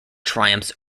triumphs